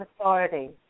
authority